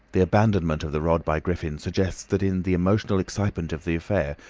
the abandonment of the rod by griffin, suggests that in the emotional excitement of the affair,